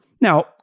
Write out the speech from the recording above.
Now